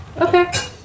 Okay